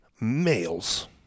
males